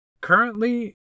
Currently